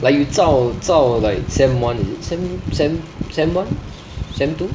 like you zao zao like sem one is it sem sem sem one sem two